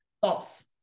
False